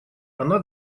она